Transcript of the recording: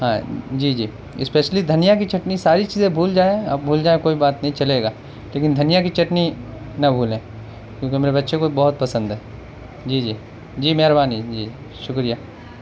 ہاں جی جی اسپیشلی دھنیا کی چٹنی ساری چیزیں بھول جائیں اب بھول جائیں کوئی بات نہیں چلے گا لیکن دھنیا کی چٹنی نا بھولیں کیونکہ میرے بچے کو بہت پسند ہے جی جی جی مہربانی جی شکریہ